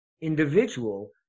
individual